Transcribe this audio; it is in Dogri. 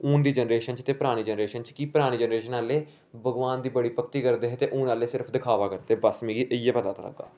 हून दी जनरेशन च ते परानी जनरेशन च कि परानी जनरेशन आहले भगबान दी बड़ी भक्ती करदे हे ते हून आहले सिर्फ दिखाबा करदे ना बस मिगी इयै पता लग्गा